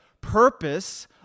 purpose